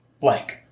blank